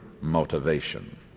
motivation